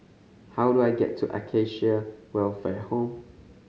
how do I get to Acacia Welfare Home